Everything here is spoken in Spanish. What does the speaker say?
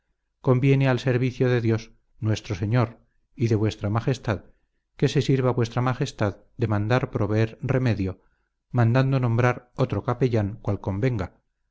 conviene al seruicio de dios nuestro señor y de vuestra mag d que se sirua vuestra mag d de mandar proueer rremedio mandando nombrar otro capellan qual convenga